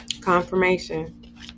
confirmation